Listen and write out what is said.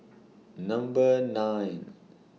Number nine